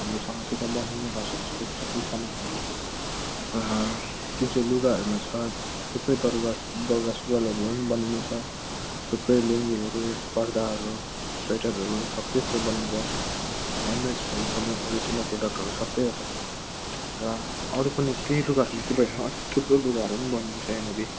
हाम्रो समान त्यता बनिने गर्छ त्यस्तो सबै सामानहरू त्यो चाहिँ लुगाहरूमा छ थुप्रै दौरा दौरा सुरुवालहरूमा नि बनिनु छ थुप्रै लुङ्गीहरू पर्दाहरू स्वेटरहरू सबै कुरो बनिन्छ ह्यान्डमेड छ एकदमै ओरिजिनल प्रोडक्टहरू सबैवटा र अरू पनि ती लुगाहरू मात्रै हैन अझै थुप्रो लुगाहरू नि बनिन्छ यहाँनेरि